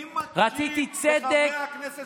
מי מקשיב לחברי הכנסת של הליכוד?